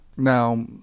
now